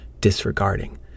disregarding